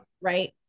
right